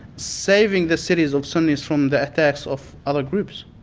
saving the cities of sunnis from the attacks of other groups.